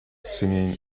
singing